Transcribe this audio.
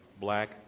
black